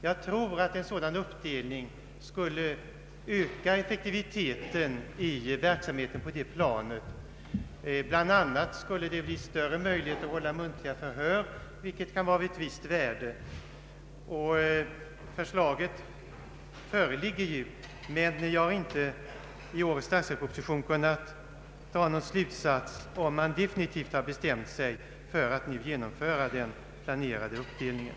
Jag tror att en sådan uppdelning skulle öka effektiviteten i verksamheten på det planet. Bland annat skulle det bli större möjligheter att hålla muntliga förhör, vilket skulle vara av visst värde. Förslaget föreligger alltså, men jag Anslag till kriminalvården, m.m. har inte av årets statsverksproposition kunnat dra någon slutsats om man definitivt bestämt sig för att nu genomföra den planerade uppdelningen.